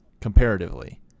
comparatively